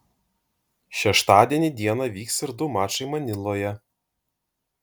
šeštadienį dieną vyks ir du mačai maniloje